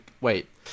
Wait